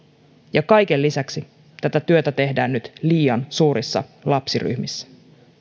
ja kaiken lisäksi tätä työtä tehdään nyt liian suurissa lapsiryhmissä